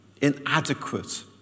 inadequate